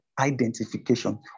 identification